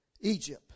Egypt